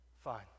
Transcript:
Fine